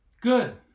Good